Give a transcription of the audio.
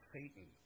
Satan